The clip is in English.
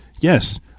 Yes